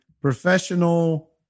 professional